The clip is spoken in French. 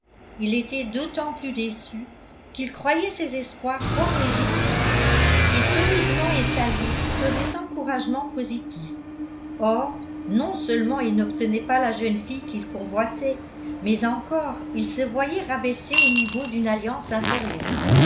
il était d'autant plus déçu qu'il croyait ses espoirs fort légitimes et solidement étayés sur des encouragements positifs or non seulement il n'obtenait pas la jeune fille qu'il convoitait mais encore il se voyait rabaissé au niveau d'une alliance inférieure